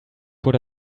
would